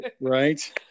Right